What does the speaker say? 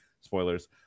Spoilers